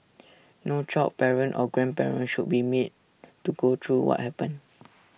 no child parent or grandparent should be made to go through what happened